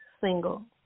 single